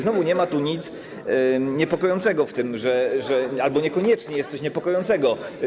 Znowu nie ma nic niepokojącego w tym albo niekoniecznie jest coś niepokojącego.